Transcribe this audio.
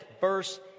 verse